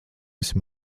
esi